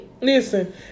Listen